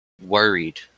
worried